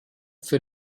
für